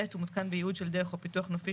(ב) הוא מותקן בייעוד של דרך או פיתוח נופי